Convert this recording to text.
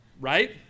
right